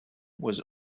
was